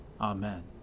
Amen